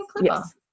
Yes